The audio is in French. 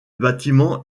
bâtiment